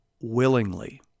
willingly